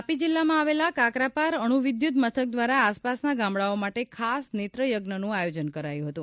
તાપી જિલ્લામાં આવેલા કાકરાપાર અણુ વિદ્યુત મથક દ્વારા આસપાસના ગામડાંઓ માટે ખાસ નેત્ર યજ્ઞનું આયોજન કરાયું હતું